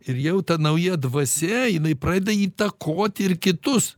ir jau ta nauja dvasia jinai pradeda įtakoti ir kitus